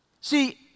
See